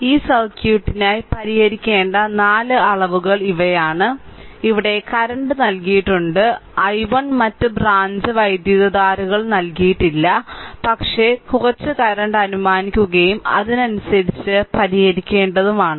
ഈ സർക്യൂട്ടിനായി പരിഹരിക്കേണ്ട 4 അളവുകൾ ഇവയാണ് ഇവിടെ കറന്റ് നൽകിയിട്ടുണ്ട് i1 മറ്റ് ബ്രാഞ്ച് വൈദ്യുതധാരകൾ നൽകിയിട്ടില്ല പക്ഷേ കുറച്ച് കറന്റ് അനുമാനിക്കുകയും അതിനനുസരിച്ച് പരിഹരിക്കേണ്ടതുമാണ്